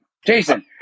Jason